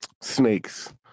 snakes